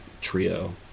trio